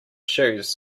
shoes